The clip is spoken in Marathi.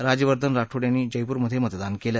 राज्यवर्धन राठोड यांनी जयपूरमधे मतदान केलं